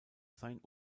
seien